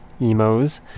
emos